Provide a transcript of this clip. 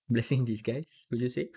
blessing in disguise will you say